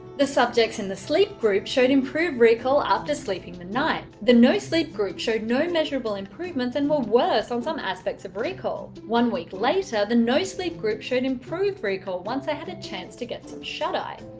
the subjects in the sleep group showed improved recall after sleeping the night the no-sleep group showed no measurable improvements and were worse on some aspects of recall. one week later, the no-sleep group showed improved recall once they had a chance to get some shut eye.